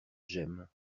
gemme